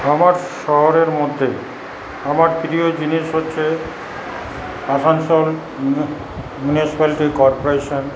আমার শহরের মধ্যে আমার প্রিয় জিনিস হচ্ছে আসানসোল মিউনিসিপালিটি কর্পোরেশন